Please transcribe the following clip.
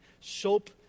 soap